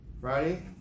Friday